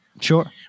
Sure